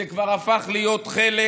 זה כבר הפך להיות חלק